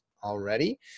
Already